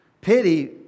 Pity